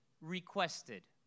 requested